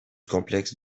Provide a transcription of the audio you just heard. complexe